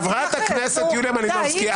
חברת הכנסת יוליה מלינובסקי,